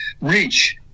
reach